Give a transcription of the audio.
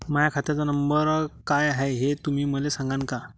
माह्या खात्याचा नंबर काय हाय हे तुम्ही मले सागांन का?